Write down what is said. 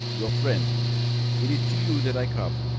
your friend it is to you that i come.